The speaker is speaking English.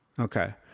Okay